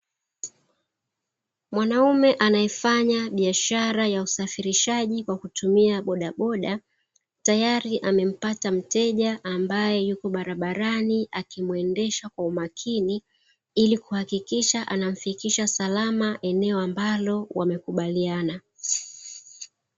Mwanaume anayefanya biashara ya usafirishaji kwa kutumia bodaboda, tayari amempata mteja ambaye yuko barabarani akimuendesha kwa umakini; ili kuhakikisha anamfikisha salama eneo ambalo wamekubaliana.